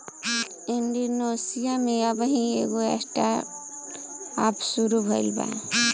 Indonesia में अबही एगो स्टार्टअप शुरू भईल बा